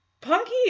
Punky